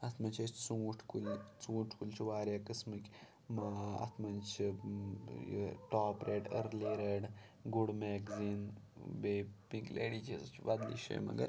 اَتھ منٛز چھِ اسہِ ژوٗنٛٹھۍ کُلۍ ژوٗنٛٹھۍ کُلۍ چھِ واریاہ قٕسمٕکۍ ٲں اَتھ منٛز چھِ یہِ top red early red good magazine بیٚیہِ پِنٛک لیڈی چھِ سُہ چھِ بَدلہِ جٲیہِ مگر